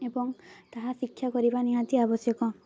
ଏବଂ ତାହା ଶିକ୍ଷା କରିବା ନିହାତି ଆବଶ୍ୟକ